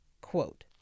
quote